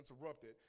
interrupted